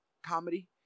Comedy